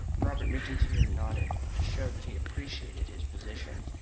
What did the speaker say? robert mcintyre nodded to show that he appreciated his position.